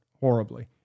horribly